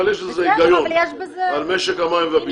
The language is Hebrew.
אבל יש לזה היגיון על משק המים והביוב.